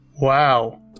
Wow